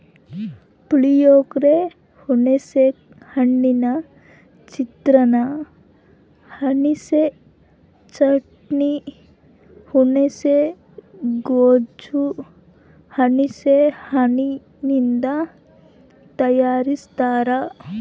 ಪುಳಿಯೋಗರೆ, ಹುಣಿಸೆ ಹಣ್ಣಿನ ಚಿತ್ರಾನ್ನ, ಹುಣಿಸೆ ಚಟ್ನಿ, ಹುಣುಸೆ ಗೊಜ್ಜು ಹುಣಸೆ ಹಣ್ಣಿನಿಂದ ತಯಾರಸ್ತಾರ